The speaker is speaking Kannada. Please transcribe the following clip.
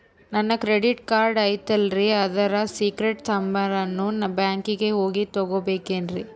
ನನ್ನ ಕ್ರೆಡಿಟ್ ಕಾರ್ಡ್ ಐತಲ್ರೇ ಅದರ ಸೇಕ್ರೇಟ್ ನಂಬರನ್ನು ಬ್ಯಾಂಕಿಗೆ ಹೋಗಿ ತಗೋಬೇಕಿನ್ರಿ?